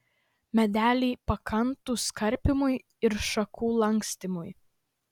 medeliai pakantūs karpymui ir šakų lankstymui